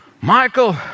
Michael